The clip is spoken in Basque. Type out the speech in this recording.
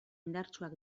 indartsuak